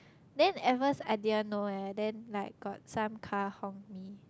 then at first I didn't know eh then like got some car honk me